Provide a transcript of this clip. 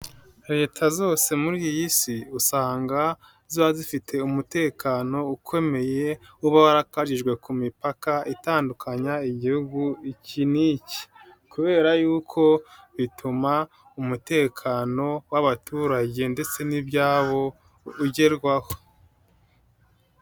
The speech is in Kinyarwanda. Leta zose muri iyi si usanga ziba zifite umutekano ukomeye uba warakajijwe ku mipaka itandukanya igihugu iki n'iki, kubera yuko bituma umutekano w'abaturage ndetse n'ibyawo ugerwaho.